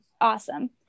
awesome